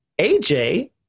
AJ